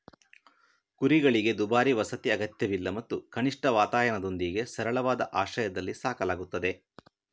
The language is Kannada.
ಕುರಿಗಳಿಗೆ ದುಬಾರಿ ವಸತಿ ಅಗತ್ಯವಿಲ್ಲ ಮತ್ತು ಕನಿಷ್ಠ ವಾತಾಯನದೊಂದಿಗೆ ಸರಳವಾದ ಆಶ್ರಯದಲ್ಲಿ ಸಾಕಲಾಗುತ್ತದೆ